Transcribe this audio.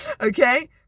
Okay